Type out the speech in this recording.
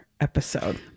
episode